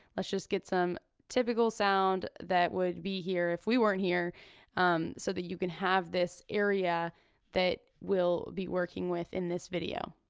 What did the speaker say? let's just get some typical sound that would be here if we weren't here so that you can have this area that we'll be working with in this video.